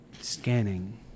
Scanning